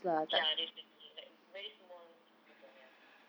ya recently like very small cases lah ya